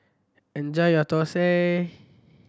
enjoy your thosai